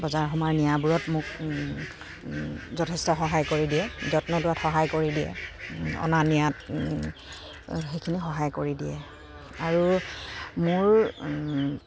বজাৰ সমাৰ নিয়াবোৰত মোক যথেষ্ট সহায় কৰি দিয়ে যত্ন লোৱাত সহায় কৰি দিয়ে অনা নিয়াত সেইখিনি সহায় কৰি দিয়ে আৰু মোৰ